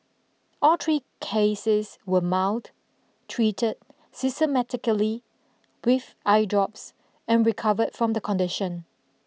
all three cases were mild treated sysematically with eye drops and recovered from the condition